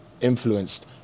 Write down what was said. influenced